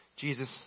Jesus